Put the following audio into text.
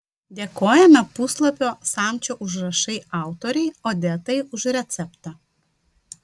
dėkojame puslapio samčio užrašai autorei odetai už receptą